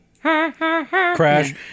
Crash